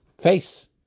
face